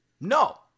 No